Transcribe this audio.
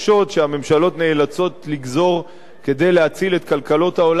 נאלצות לגזור כדי להציל את כלכלות העולם מקריסה,